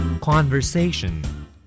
Conversation